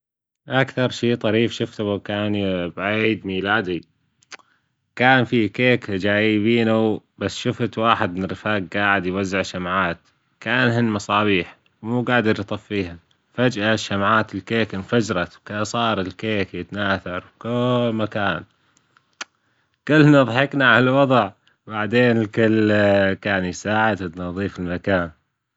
أكثر شي طريف شفته كان بعيد ميلادي كان في كيكة جايبينه، بس شفت واحد من الرفاج جاعد يوزع شمعات كأنهن مصابيح مو جادر يطفيهن، فجأة الشمعات الكيك إنفجرت وصار الكيك يتناثر في كل مكان كلنا ضحكنا عالوضع بعدين الكل كان يساعد في تنظيف المكان.